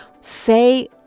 say